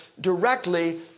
directly